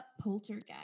poltergeist